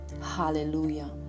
hallelujah